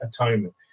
atonement